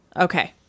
Okay